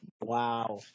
Wow